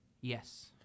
Yes